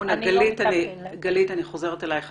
אני חוזרת אליך גלית.